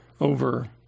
over